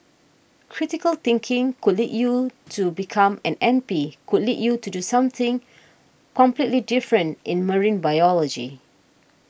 critical thinking could lead you to become an M P could lead you to do something completely different in marine biology